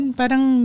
parang